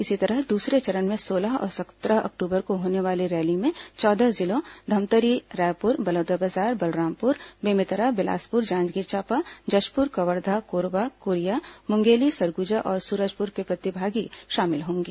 इसी तरह दूसरे चरण में सोलह और सत्रह अक्टूबर को होने वाली रैली में चौदह जिलों धमतरी रायपुर बलौदाबाजार बलरामपुर बेमेतरा बिलासपुर जांजगीर चांपा जशपुर कवर्धा कोरबा कोरिया मुंगेली सरगुजा और सूरजपुर के प्रतिभागी शामिल होंगे